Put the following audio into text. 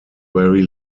very